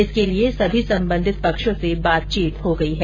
इसके लिए सभी सम्बन्धित पक्षों से बातचीत हो गयी है